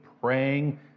praying